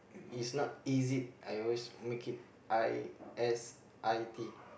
is not is it I always make it I s_i_t